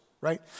right